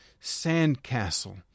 sandcastle